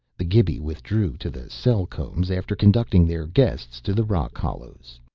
the gibi withdrew to the cell-combs after conducting their guests to the rock-hollows.